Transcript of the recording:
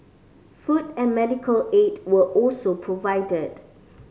food and medical aid were also provided